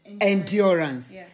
endurance